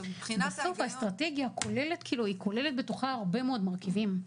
מבחינת ההיגיון בסוף האסטרטגיה כוללת בתוכה הרבה מאוד מרכיבים,